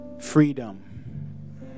freedom